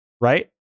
Right